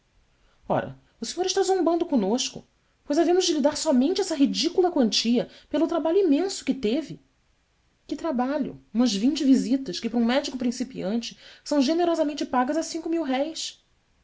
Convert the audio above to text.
ora o senhor está zombando conosco pois havemos de lhe dar somente essa ridícula quantia pelo trabalho imenso que teve ue trabalho umas vinte visitas que para um médico principiante são generosamente pagas a cinco